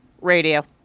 Radio